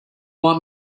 want